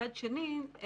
מצד שני,